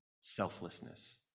selflessness